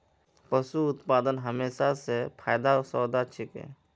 पशू उत्पादन हमेशा स फायदार सौदा छिके